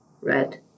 Red